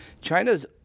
China's